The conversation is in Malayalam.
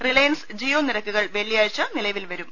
റിലയൻസ് ജിയോ നിരക്കുകൾ വെള്ളിയാഴ്ച നിലവിൽ വരും